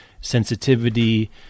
sensitivity